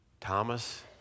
Thomas